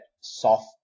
soft